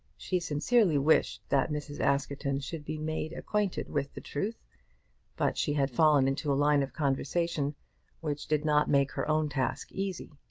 she sincerely wished that mrs. askerton should be made acquainted with the truth but she had fallen into a line of conversation which did not make her own task easy.